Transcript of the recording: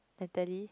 Natalie